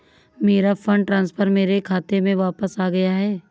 मेरा fund transfer मेरे खाते में वापस आ गया है